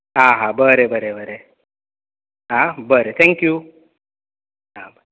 आ हा बरें बरें बरें आ बरें थँक्यू हा बरें